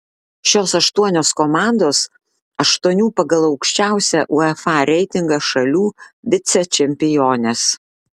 šios aštuonios komandos aštuonių pagal aukščiausią uefa reitingą šalių vicečempionės